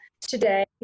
today